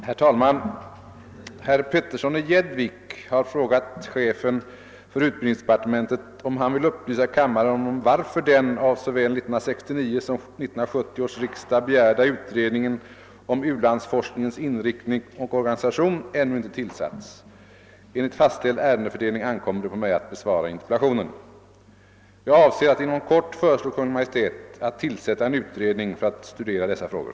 Herr talman! Herr Petersson i Gäddvik har frågat chefen för utbildningsdepartementet, om han vill upplysa kammaren om varför den av såväl 1969 som 1970 års riksdagar begärda utredningen om u-landsforskningens inriktning och organisation ännu inte tillsatts. Enligt fastställd ärendefördelning ankommer det på mig att besvara interpellationen. Jag avser att inom kort föreslå Kungl. Maj:t att tillsätta en utredning för att studera dessa frågor.